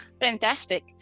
Fantastic